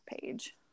page